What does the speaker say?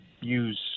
use